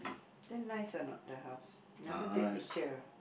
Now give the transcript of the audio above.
then nice or not the house never take picture ah